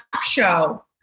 show